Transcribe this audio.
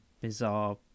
bizarre